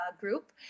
group